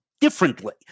differently